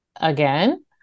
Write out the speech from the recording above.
again